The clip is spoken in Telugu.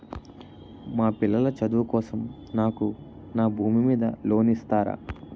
మా పిల్లల చదువు కోసం నాకు నా భూమి మీద లోన్ ఇస్తారా?